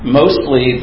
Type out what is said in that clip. mostly